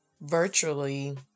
virtually